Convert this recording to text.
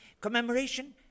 Commemoration